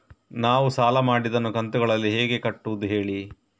ನಾವು ಸಾಲ ಮಾಡಿದನ್ನು ಕಂತುಗಳಲ್ಲಿ ಹೇಗೆ ಕಟ್ಟುದು ಹೇಳಿ